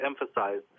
emphasize